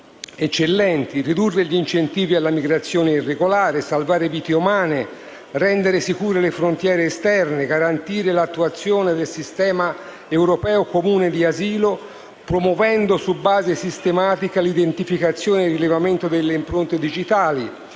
eccellenti: ridurre gli incentivi alla migrazione irregolare, salvare le vite umane, rendere sicure le frontiere esterne, garantire l'attuazione del sistema europeo comune di asilo promuovendo su base sistematica l'identificazione e il rilevamento delle impronte digitali,